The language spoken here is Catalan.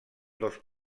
dos